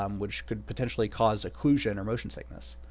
um which could potentially cause occlusion or motion sickness.